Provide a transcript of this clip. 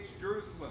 Jerusalem